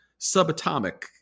subatomic